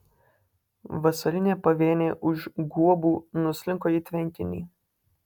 vasarinė pavėnė už guobų nuslinko į tvenkinį